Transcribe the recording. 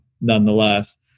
nonetheless